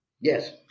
Yes